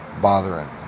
bothering